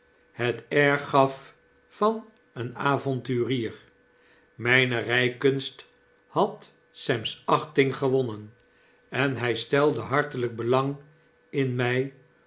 het air gaf van een avonturier mane rykunst had sem's achting gewonnen en hy stelde hartelyk belang in my